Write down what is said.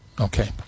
Okay